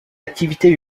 activités